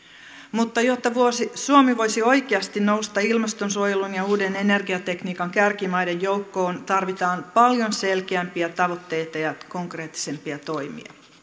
mutta jotta suomi voisi oikeasti nousta ilmastonsuojelun ja uuden energiatekniikan kärkimaiden joukkoon tarvitaan paljon selkeämpiä tavoitteita ja konkreettisempia toimia